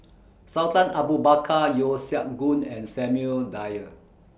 Sultan Abu Bakar Yeo Siak Goon and Samuel Dyer